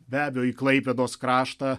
be abejo į klaipėdos kraštą